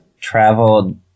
traveled